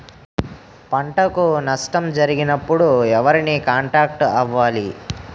పంటకు నష్టం జరిగినప్పుడు ఎవరిని కాంటాక్ట్ అవ్వాలి?